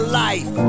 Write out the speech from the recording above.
life